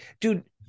dude